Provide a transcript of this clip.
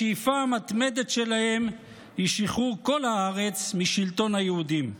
השאיפה המתמדת שלהם היא שחרור כל הארץ משלטון היהודים.